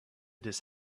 this